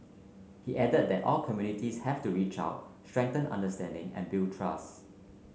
he added that all communities have to reach out strengthen understanding and build trust